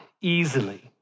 easily